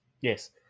Yes